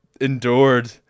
Endured